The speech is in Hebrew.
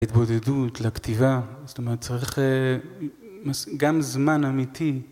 התבודדות, לכתיבה, זאת אומרת צריך גם זמן אמיתי.